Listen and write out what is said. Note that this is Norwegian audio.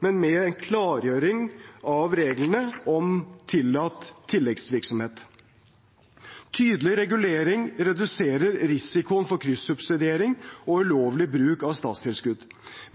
men med en klargjøring av reglene om tillatt tilleggsvirksomhet. Tydelig regulering reduserer risikoen for kryssubsidiering og ulovlig bruk av statstilskudd.